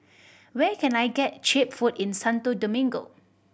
where can I get cheap food in Santo Domingo